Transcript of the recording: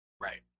Right